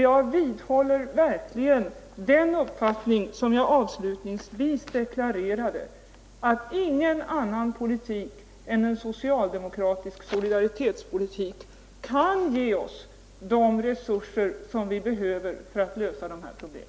Jag vidhåller den uppfattning som jag avslutningsvis deklarerade, nämligen att ingen annan politik än en socialdemokratisk solidaritetspolitik kan ge oss de resurser som vi behöver för att lösa dessa problem.